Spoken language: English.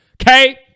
okay